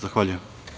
Zahvaljujem.